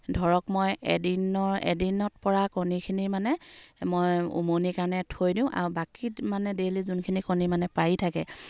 ধৰক মই এদিনৰ এদিনত পৰা কণীখিনি মানে মই উমনিৰ কাৰণে থৈ দিওঁ আৰু বাকী মানে ডেইলী যোনখিনি কণী মানে পাৰি থাকে